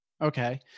Okay